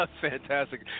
Fantastic